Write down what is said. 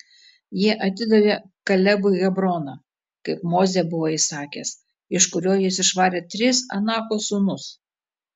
jie atidavė kalebui hebroną kaip mozė buvo įsakęs iš kurio jis išvarė tris anako sūnus